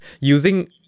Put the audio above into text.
using